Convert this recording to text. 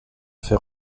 fait